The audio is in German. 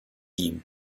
ihm